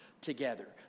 together